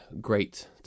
great